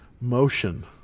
motion